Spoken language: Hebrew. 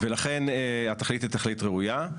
לכן התכלית היא תכלית ראויה.